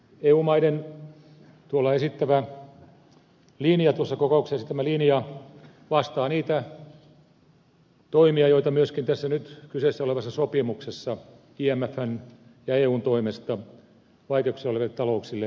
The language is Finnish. eu maiden tuossa kokouksessa esittämä linja vastaa niitä toimia joita myöskin tässä nyt kyseessä olevassa sopimuksessa imfn ja eun toimesta vaikeuksissa oleville talouksille edellytetään